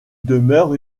demeure